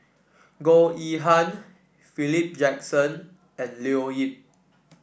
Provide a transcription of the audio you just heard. Goh Yihan Philip Jackson and Leo Yip